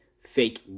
fake